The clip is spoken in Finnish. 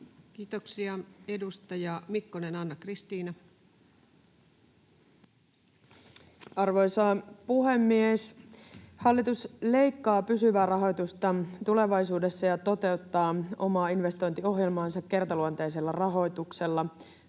Kiitoksia. — Edustaja Mikkonen, Anna-Kristiina. Arvoisa puhemies! Hallitus leikkaa pysyvää rahoitusta tulevaisuudessa ja toteuttaa omaa investointiohjelmaansa kertaluonteisella rahoituksella